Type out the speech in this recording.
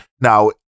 now